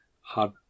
hard